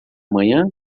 amanhã